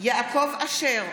יעקב אשר,